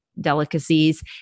delicacies